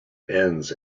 ends